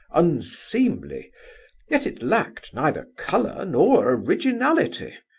unseemly yet it lacked neither colour nor originality.